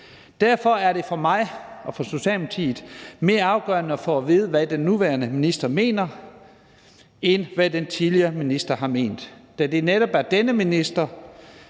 Derfor er det for mig og for Socialdemokratiet mere afgørende at få at vide, hvad den nuværende minister mener, end at få at vide, hvad den tidligere minister har ment, da det netop er denne nuværende